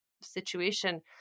situation